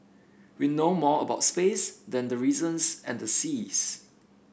we know more about space than the reasons and the seas